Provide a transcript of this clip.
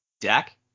Dak